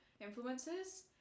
influences